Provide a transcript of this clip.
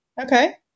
Okay